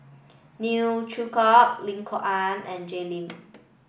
Neo Chwee Kok Lim Kok Ann and Jay Lim